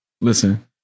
Listen